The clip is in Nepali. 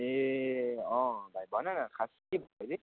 ए अँ भाइ भन न खास के भयो अहिले